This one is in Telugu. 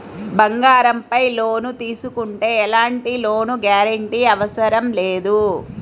బంగారంపై లోను తీసుకుంటే ఎలాంటి లోను గ్యారంటీ అవసరం లేదు